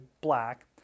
black